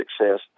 success